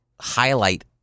highlight